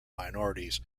minorities